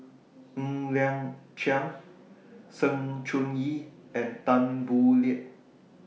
Ng Liang Chiang Sng Choon Yee and Tan Boo Liat